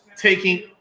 taking